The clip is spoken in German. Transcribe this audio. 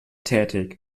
tätig